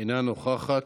אינה נוכחת.